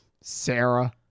Sarah